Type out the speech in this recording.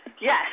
yes